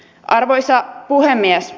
arvoisa puhemies